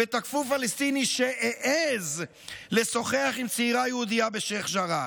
ותקפו פלסטיני שהעז לשוחח עם צעירה יהודייה בשייח' ג'ראח.